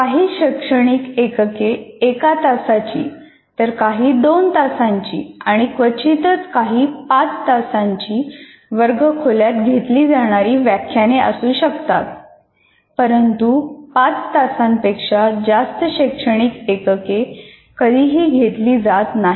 काही शैक्षणिक एकके एक तासांची तर काही दोन तासांची आणि क्वचितच काही पाच तासांची वर्ग खोल्यात घेतली जाणारी व्याख्याने असू शकतात परंतु पाच तासांपेक्षा जास्त शैक्षणिक एकके कधीही घेतली जात नाहीत